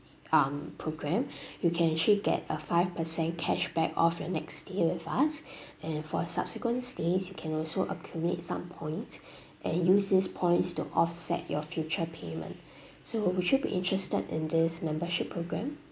um programme you can actually get a five percent cashback off your next stay with us and for subsequent stays you can also accumulate some points and use these points to offset your future payment so would you be interested in this membership programme